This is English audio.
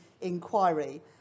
inquiry